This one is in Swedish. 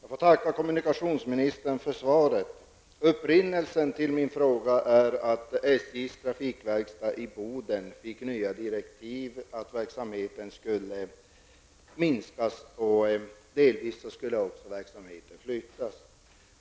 Herr talman! Jag får tacka kommunikationsministern för svaret. Upprinnelsen till min fråga är att SJs trafikverkstad i Boden fick nya direktiv som sade att verksamheten skulle minskas och delvis också flyttas.